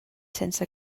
sense